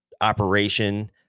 operation